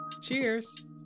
Cheers